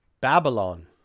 Babylon